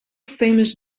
famous